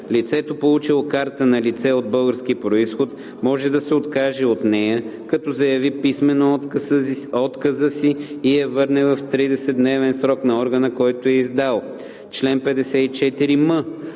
Лицето, получило карта на лице от български произход, може да се откаже от нея, като заяви писмено отказа си и я върне в 30-дневен срок на органа, който я е издал. Чл. 54м.